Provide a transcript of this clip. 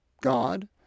God